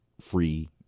free